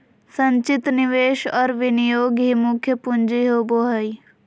संचित निवेश और विनियोग ही मुख्य पूँजी होबो हइ